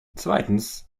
zweitens